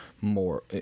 more